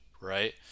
right